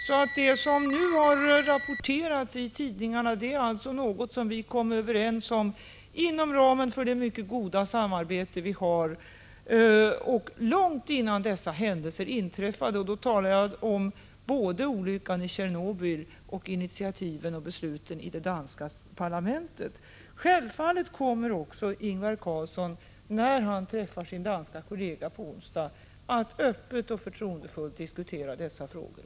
Så det som nu har rapporterats i tidningarna är alltså någonting som vi kom överens om inom ramen för det mycket goda samarbete som vi har långt innan dessa händelser inträffade. Då talar jag om både olyckan i Tjernobyl och initiativen och besluten i det danska parlamentet. Självfallet kommer också Ingvar Carlsson, när han träffar sin danska kollega på onsdag, att öppet och förtroendefullt diskutera dessa frågor.